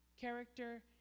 character